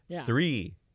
three